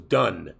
done